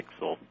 pixel